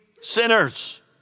sinners